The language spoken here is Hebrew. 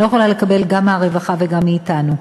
היא לא יכולה לקבל גם מהרווחה וגם מאתנו.